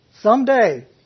Someday